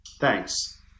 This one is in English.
Thanks